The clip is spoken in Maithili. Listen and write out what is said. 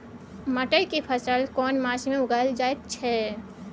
मटर के फसल केना मास में उगायल जायत छै?